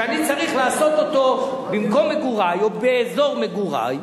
דבר שאני צריך לעשות במקום מגורי או באזור מגורי,